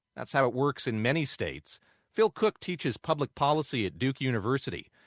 that's how it works in many states phil cook teaches public policy at duke university.